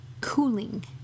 cooling